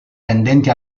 tendenti